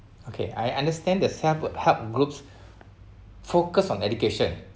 okay I understand the self-help groups focused on education